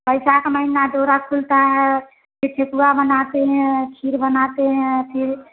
बैसाख महिना दाउरा खुलता है फ़िर सितुआ बनाते हैं खीर बनाते है फ़िर